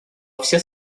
все